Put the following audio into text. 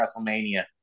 WrestleMania